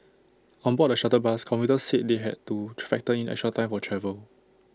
on board the shuttle bus commuters said they had to factor in extra time for travel